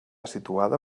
situada